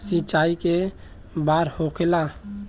सिंचाई के बार होखेला?